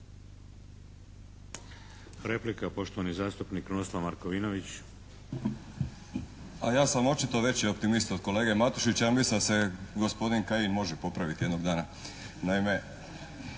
Replika, poštovani zastupnik Krunoslav Markovinović. **Markovinović, Krunoslav (HDZ)** A ja sam očito veći optimista od kolege Matušića. Ja mislim da se gospodin Kajin može popraviti jednog dana.